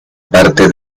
parte